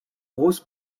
rose